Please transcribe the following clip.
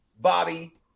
Bobby